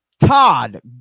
Todd